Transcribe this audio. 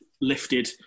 lifted